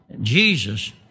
Jesus